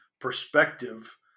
perspective